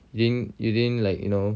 you didn't you didn't like you know